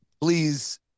please